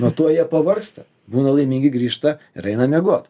nuo to jie pavargsta būna laimingi grįžta ir eina miegot